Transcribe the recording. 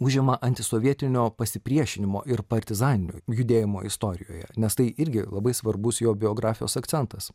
užima antisovietinio pasipriešinimo ir partizaninio judėjimo istorijoje nes tai irgi labai svarbus jo biografijos akcentas